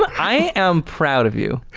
i am proud of you.